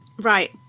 Right